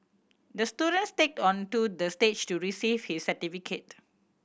the student skated onto the stage to receive his certificate